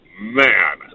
Man